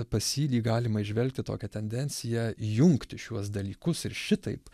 pas jį lyg galima įžvelgti tokią tendenciją jungti šiuos dalykus ir šitaip